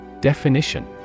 Definition